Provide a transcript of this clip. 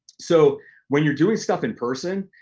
so when you're doing stuff in person,